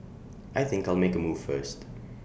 I think I'll make move first